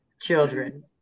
children